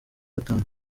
gatanu